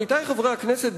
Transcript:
עמיתי חברי הכנסת,